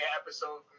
episode